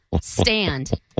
stand